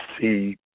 see